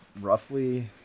roughly